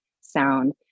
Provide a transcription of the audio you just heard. sound